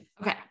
okay